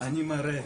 אני מראה